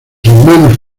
hermanos